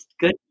good